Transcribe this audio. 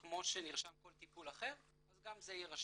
שכמו שנרשם כל טיפול אחר אז גם זה יירשם.